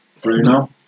Bruno